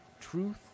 truth